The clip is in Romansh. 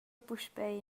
puspei